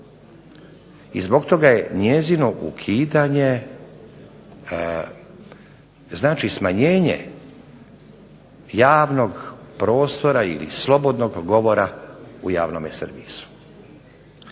I zbog toga je njezino ukidanje, znači smanjenje javnog prostora ili slobodnog govora u javnome servisu.